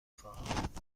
خواهم